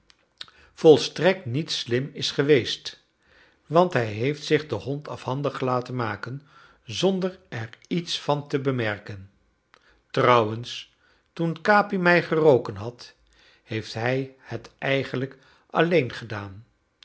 volstrekt niet slim is geweest want hij heeft zich den hond afhandig laten maken zonder er iets van te bemerken trouwens toen capi mij geroken had heeft hij het eigenlijk alleen gedaan